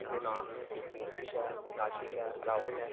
होंदे हे ना इक नितिश ऐ राहुल ऐ आशिश ऐ